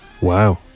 Wow